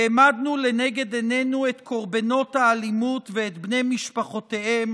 העמדנו לנגד עינינו את קורבנות האלימות ואת בני משפחותיהם